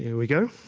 yeah we go.